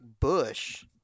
bush